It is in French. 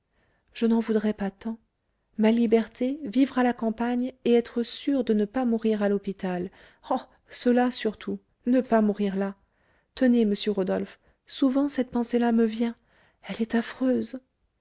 je n'en voudrais pas tant ma liberté vivre à la campagne et être sûre de ne pas mourir à l'hôpital oh cela surtout ne pas mourir là tenez monsieur rodolphe souvent cette pensée là me vient elle est affreuse